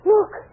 Look